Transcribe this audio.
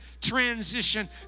transition